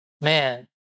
man